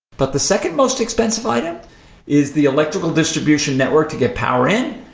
but the second most expensive item is the electrical distribution network to get power in,